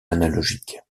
analogiques